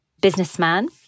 businessman